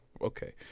okay